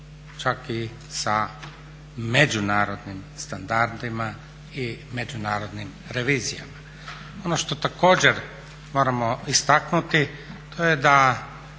čak i sa međunarodnim standardima i međunarodnim revizijama. Ono što također moramo istaknuti to je da